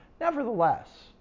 Nevertheless